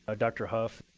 ah dr. hough,